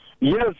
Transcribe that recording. Yes